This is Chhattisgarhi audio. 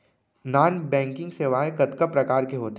नॉन बैंकिंग सेवाएं कतका प्रकार के होथे